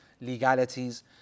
legalities